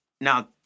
Now